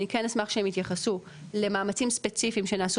אני כן אשמח שהם יתייחסו למאמצים ספציפיים שנעשו